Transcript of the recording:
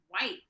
white